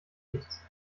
nichts